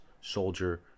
soldier